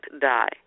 die